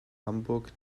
hamburg